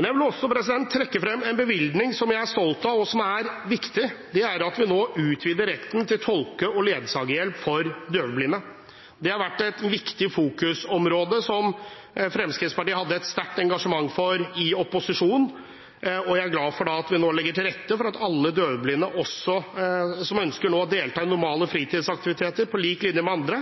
Jeg vil også trekke frem en bevilgning som jeg er stolt av, og som er viktig, og det er at vi nå utvider retten til tolke- og ledsagerhjelp for døvblinde. Det har vært et viktig fokusområde som Fremskrittspartiet hadde et sterkt engasjement for i opposisjon. Jeg er glad for at vi legger til rette for at alle døvblinde som ønsker å delta i normale fritidsaktiviteter på lik linje med andre,